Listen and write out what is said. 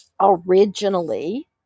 originally